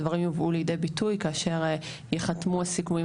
הדברים יובאו לידי ביטוי כאשר ייחתמו הסיכומים